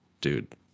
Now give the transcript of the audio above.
dude